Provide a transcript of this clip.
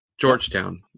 Georgetown